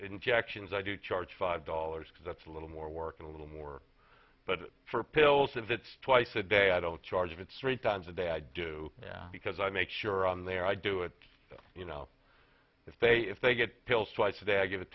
injections i do charge five dollars because that's a little more working a little more but for pills if it's twice a day i don't charge of it's three times a day i do because i make sure i'm there i do it you know if they if they get pills twice a day i give it